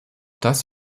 das